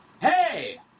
Hey